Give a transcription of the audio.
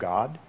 God